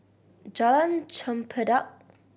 Jalan Chempedak